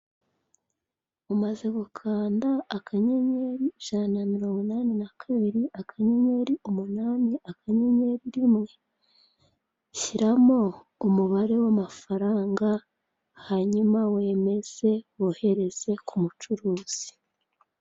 Umaze gukanda akanyenyeri ijana na mirongo inani nakabiri akanyenyeri umunani akanyenyeri rimwe, shyiramo umubare w'amafaranga hanyuma wemeze wohereze k'umucuruzi.